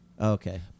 Okay